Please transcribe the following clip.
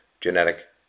genetic